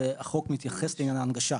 החוק מתייחס לעניין ההנגשה.